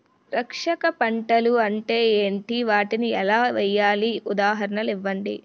రక్షక పంటలు అంటే ఏంటి? వాటిని ఎలా వేయాలి? ఉదాహరణలు ఇవ్వండి?